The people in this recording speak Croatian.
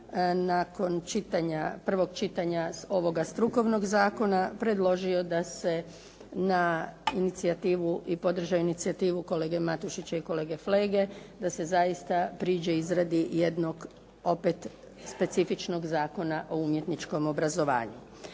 nakon čitanja, prvog čitanja ovoga strukovnog zakona predložio da se na inicijativu i podržao je inicijativu kolege Matušića i kolege Flege da se zaista priđe izradi jednog opet specifičnog Zakona o umjetničkom obrazovanju.